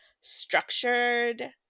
structured